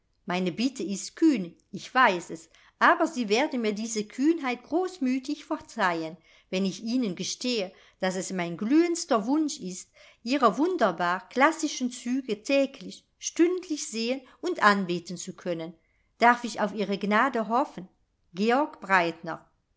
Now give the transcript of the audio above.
meine bitte ist kühn ich weiß es aber sie werden mir diese kühnheit großmütig verzeihen wenn ich ihnen gestehe daß es mein glühendster wunsch ist ihre wunderbar klassischen züge täglich stündlich sehen und anbeten zu können darf ich auf ihre gnade hoffen georg breitner